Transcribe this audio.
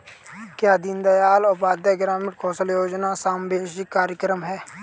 क्या दीनदयाल उपाध्याय ग्रामीण कौशल योजना समावेशी कार्यक्रम है?